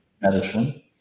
medicine